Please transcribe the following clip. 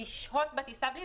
לשהות בטיסה עם זה.